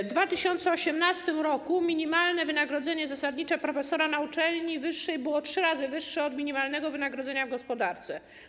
W 2018 r. minimalne wynagrodzenie zasadnicze profesora na uczelni wyższej było trzy razy wyższe od minimalnego wynagrodzenia w gospodarce.